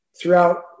throughout